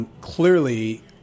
Clearly